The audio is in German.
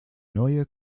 neue